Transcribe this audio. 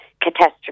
catastrophe